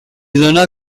dóna